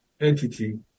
entity